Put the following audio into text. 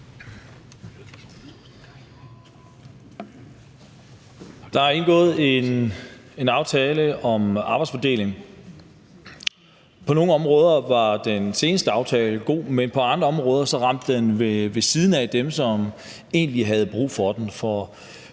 Der er indgået en aftale om arbejdsfordeling. På nogle områder var den seneste aftale god, men på andre områder ramte den ved siden af dem, som egentlig havde brug for den.